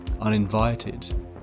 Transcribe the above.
uninvited